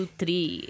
three